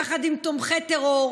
יחד עם תומכי טרור,